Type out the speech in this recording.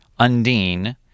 undine